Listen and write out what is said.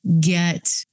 get